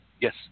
Yes